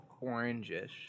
orange-ish